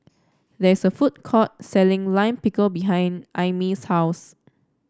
there is a food court selling Lime Pickle behind Aimee's house